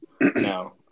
No